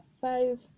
five